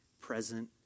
present